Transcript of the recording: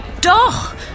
Doch